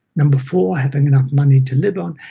number four, having enough money to live on,